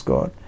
God